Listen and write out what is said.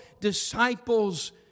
disciples